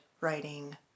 writing